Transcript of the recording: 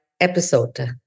episode